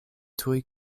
tuj